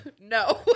No